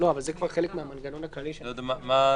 אתם יכולים בטלוויזיה, ויכולים שגם לא בטלוויזיה.